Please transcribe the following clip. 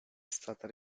stata